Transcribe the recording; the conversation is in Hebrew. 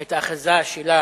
את האחיזה שלה